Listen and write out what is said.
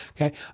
okay